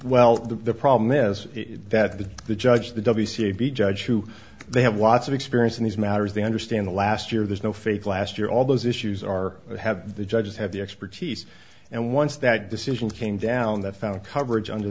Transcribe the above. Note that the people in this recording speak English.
well the problem is that the the judge the judge who they have watts of experience in these matters they understand the last year there's no faith last year all those issues are have the judges have the expertise and once that decision came down that found coverage under